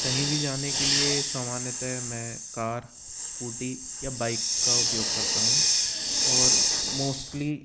कहीं भी जाने के लिए सामान्यतः मैं कार स्कूटी या बाइक का उपयोग करता हूँ और मोस्टली